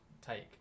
take